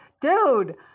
dude